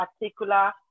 particular